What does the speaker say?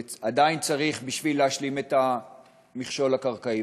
ועדיין צריך, בשביל להשלים את המכשול הקרקעי.